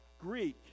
Greek